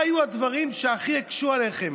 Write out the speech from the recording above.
מה היו הדברים שהכי הקשו עליכם